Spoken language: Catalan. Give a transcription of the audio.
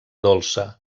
dolça